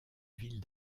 ville